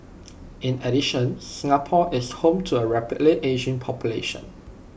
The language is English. in addition Singapore is home to A rapidly ageing population